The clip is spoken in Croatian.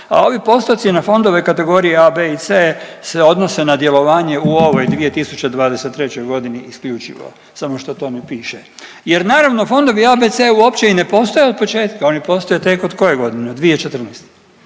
a ovi postoci na fondove kategorije A, B i C se odnose na djelovanje u ovoj 2023.g. isključivo, samo što to ne piše. Jer naravno fondovi A, B, C uopće i ne postoje od početka, oni postoje tek od koje godine, od 2014.,